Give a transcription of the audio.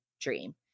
dream